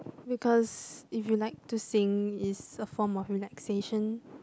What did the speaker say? because if you like to sing is a form of relaxation